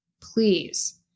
Please